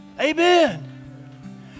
Amen